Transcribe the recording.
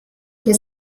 che